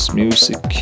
music